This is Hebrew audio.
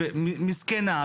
מסכנה,